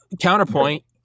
Counterpoint